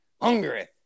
hungry